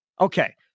Okay